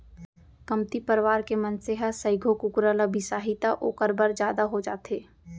कमती परवार के मनसे ह सइघो कुकरा ल बिसाही त ओकर बर जादा हो जाथे